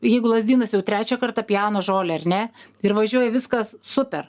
jeigu lazdynuose jau trečią kartą pjauna žolę ar ne ir važiuoja viskas super